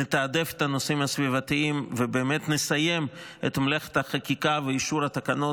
נתעדף את הנושאים הסביבתיים ובאמת נסיים את מלאכת החקיקה ואישור התקנות,